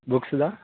books the